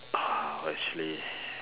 actually